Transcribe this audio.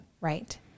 Right